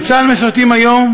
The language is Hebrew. בצה"ל משרתים היום,